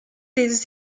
des